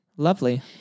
Lovely